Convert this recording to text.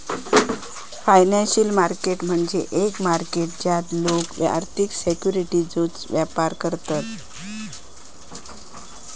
financial market म्हणजे एक market ज्यात लोका आर्थिक सिक्युरिटीजचो व्यापार करतत